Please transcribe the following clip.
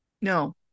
No